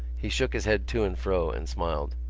he shook his head to and fro and smiled.